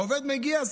העובד מגיע,